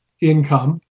income